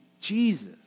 Jesus